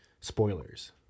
spoilers